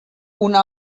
una